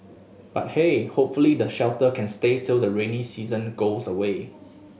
but hey hopefully the shelter can stay till the rainy season goes away